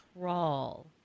Crawl